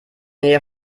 nähe